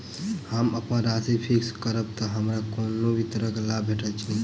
हम अप्पन राशि फिक्स्ड करब तऽ हमरा कोनो भी तरहक लाभ भेटत की?